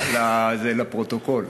זה לפרוטוקול.